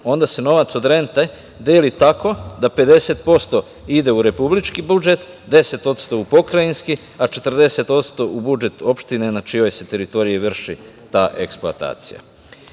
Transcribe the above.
onda se novac od rente deli tako da 50% ide u Republički budžet, 10% u pokrajinski, a 40% u budžet opštine na čijoj se teritoriji vrši ta eksploatacija. Tri